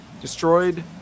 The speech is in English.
destroyed